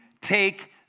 take